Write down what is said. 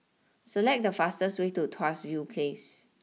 select the fastest way to Tuas view place